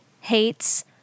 hates